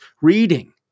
Reading